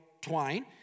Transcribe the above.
twine